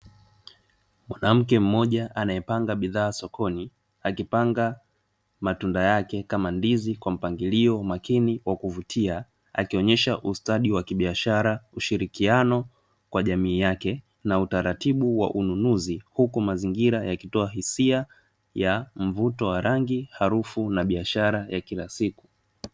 Mwanamke mmoja anayepanga bidhaa sokoni akipanga matunda yake kama ndizi kwa mpangilio makini wa kuvutia, akionyesha ustadi wa kibiashara ushirikiano kwa jamii yake na utaratibu wa ununuzi huku mazingira yakitoa hisia ya mvuto wa rangi harufu ya biashara ya kila siku.